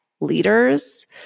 leaders